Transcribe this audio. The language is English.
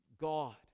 God